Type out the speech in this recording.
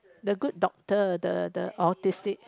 the Good Doctor the the autistic